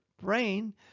brain